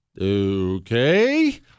Okay